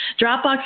Dropbox